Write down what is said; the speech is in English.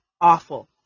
awful